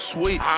Sweet